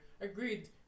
Agreed